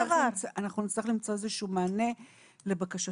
נצטרך למצוא איזשהו מענה לבקשתך,